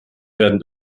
werden